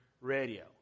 radio